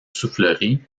soufflerie